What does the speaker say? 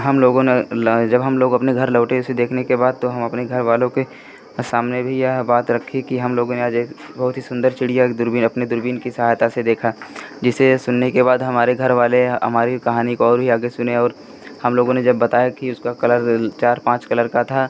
हमलोगों ने जब हमलोग अपने घर लौटे उसे देखने के बाद तो हम अपने घरवालों के सामने भी यह बात रखी कि हमलोगों ने आज एक बहुत ही सुन्दर चिड़िया एक दूरबीन अपने दूरबीन की सहायता से देखा जिसे सुनने के बाद हमारे घरवाले हमारी कहानी को और भी आगे सुने और हमलोगों ने जब बताया कि उसका कलर चार पाँच कलर का था